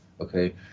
okay